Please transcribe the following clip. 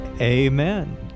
Amen